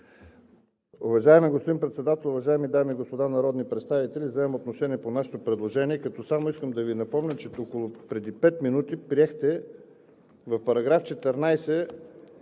Уважаеми господин Председател, уважаеми дами и господа народни представители! Вземам отношение по нашето предложение, като само искам да Ви напомня, че преди около пет минути приехте в § 14,